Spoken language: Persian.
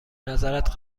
نظرت